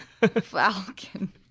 Falcon